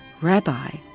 Rabbi